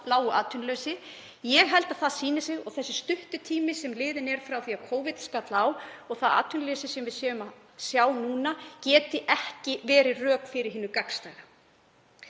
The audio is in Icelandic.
lágu atvinnuleysi. Ég held að það sýni sig og að sá stutti tími sem liðinn er frá því að Covid skall á og það atvinnuleysi sem við sjáum núna geti ekki verið rök fyrir hinu gagnstæða.